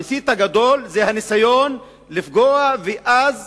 המסית הגדול זה הניסיון לפגוע, ואז